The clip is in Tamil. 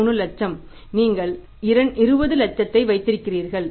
3 லட்சம் நீங்கள் 20 லட்சத்தை வைத்திருக்கிறீர்கள்